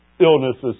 illnesses